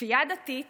כפייה דתית